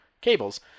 cables